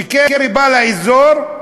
כשקרי בא לאזור,